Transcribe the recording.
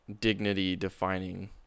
dignity-defining